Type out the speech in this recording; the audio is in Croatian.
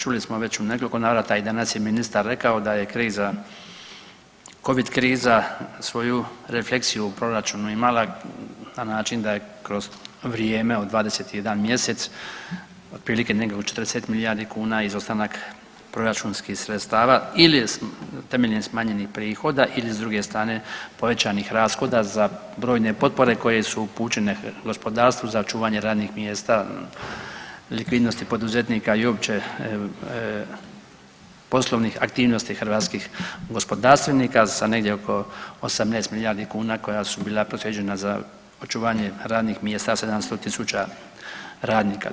Čuli smo već u nekoliko navrata i danas je ministar rekao da je kriza, Covid kriza svoju refleksiju u proračunu imala na način da je kroz vrijeme od 21 mjesec otprilike negdje u 40 milijardi kuna izostanak proračunskih sredstava ili temeljem smanjenih prihoda ili s druge strane povećanih rashoda za brojne potpore koje su upućene gospodarstvu za očuvanje radnih mjesta likvidnosti poduzetnika i uopće poslovnih aktivnosti hrvatskih gospodarstvenika sa negdje oko 18 milijardi kuna koja su bila proslijeđena za očuvanje radnih mjesta 700.000 radnika.